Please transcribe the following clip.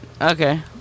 Okay